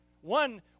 One